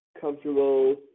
comfortable